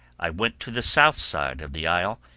i went to the south side of the isle,